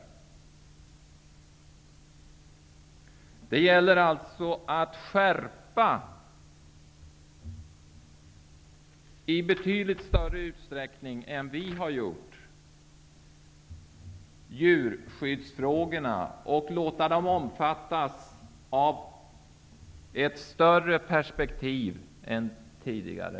Det gäller alltså att skärpa vår inställning till djurskyddsfrågorna i betydligt större utsträckning än vad vi har gjort. Vi måste se dem i ett större perspektiv än tidigare.